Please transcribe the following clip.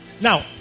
Now